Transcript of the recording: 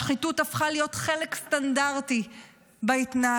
השחיתות הפכה להיות חלק סטנדרטי בהתנהלות.